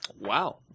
Wow